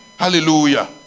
hallelujah